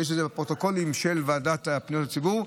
ויש את זה בפרוטוקולים של הוועדה לפניות הציבור,